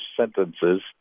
sentences